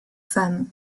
femmes